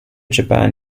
japan